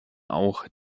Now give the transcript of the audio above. auch